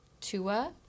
Tua